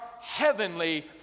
heavenly